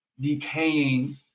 decaying